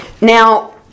Now